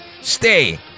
stay